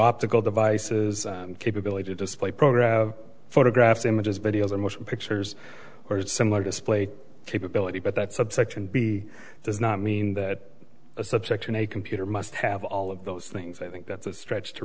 optical devices and capability to display program photographs images videos or motion pictures or similar display capability but that subsection b does not mean that a subsection a computer must have all of those things i think that's a stretch to